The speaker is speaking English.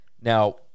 Now